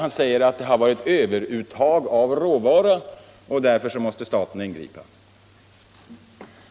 Han sade att det varit överuttag av råvara och att staten därför måste ingripa.